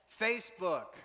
Facebook